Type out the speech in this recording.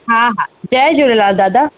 हा हा जय झूलेलाल दादा